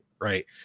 Right